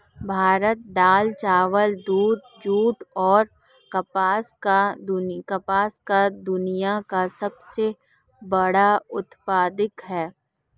भारत दाल, चावल, दूध, जूट, और कपास का दुनिया का सबसे बड़ा उत्पादक है